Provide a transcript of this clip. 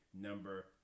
number